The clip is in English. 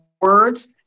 words